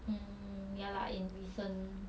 um ya lah in recent